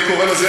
אני קורא לזה,